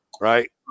Right